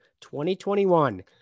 2021